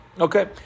Okay